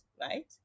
right